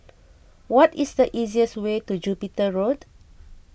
what is the easiest way to Jupiter Road